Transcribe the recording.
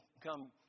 come